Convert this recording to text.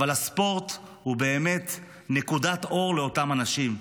אבל הספורט הוא באמת נקודת אור לאותם אנשים.